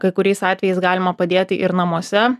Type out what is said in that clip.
kai kuriais atvejais galima padėti ir namuose